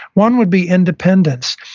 one would be independents,